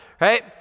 Right